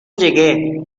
llegue